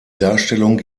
darstellung